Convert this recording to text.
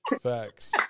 Facts